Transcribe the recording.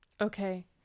Okay